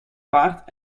paard